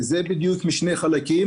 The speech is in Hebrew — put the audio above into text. זו מערכת ניידת המורכבת משני חלקים